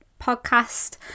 podcast